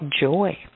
joy